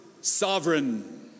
sovereign